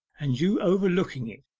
and you overlooking it,